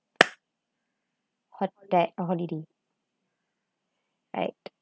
hotel uh holiday alright